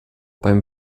beim